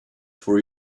for